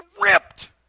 ripped